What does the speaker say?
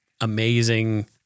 amazing